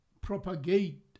propagate